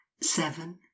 seven